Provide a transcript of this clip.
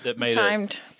Timed